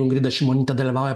ingrida šimonytė dalyvauja